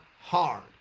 hard